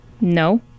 No